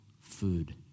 food